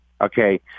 Okay